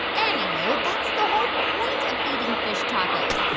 anywho, that's the whole point of eating fish tacos.